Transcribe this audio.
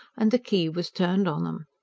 and the key was turned on them.